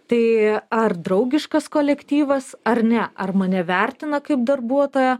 tai ar draugiškas kolektyvas ar ne ar mane vertina kaip darbuotoją